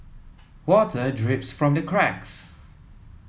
water drips from the cracks